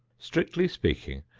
strictly speaking,